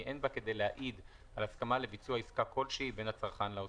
אין בה כדי להעיד על הסכמה לביצוע עסקה כלשהי בין הצרכן לעוסק,